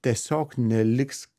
tiesiog neliks